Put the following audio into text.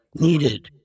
needed